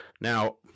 Now